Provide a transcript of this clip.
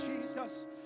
Jesus